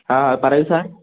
ആ പറയൂ സാർ